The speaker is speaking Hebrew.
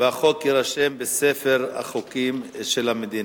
והחוק יירשם בספר החוקים של המדינה.